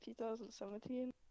2017